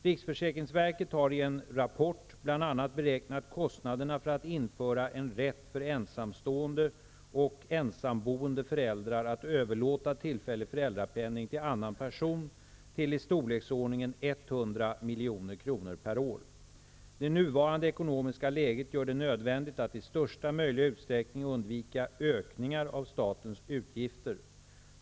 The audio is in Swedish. Riksförsäkringsverket har i en rapport bl.a. beräknat kostnaderna för att införa en rätt för ensamstående och ensamboende föräldrar att överlåta tillfällig föräldrapenning till annan person till i storleksordningen 100 milj.kr. Det nuvarande ekonomiska läget gör det nödvändigt att i största möjliga utsträckning undvika ökningar av statens utgifter.